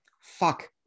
fuck